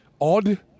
odd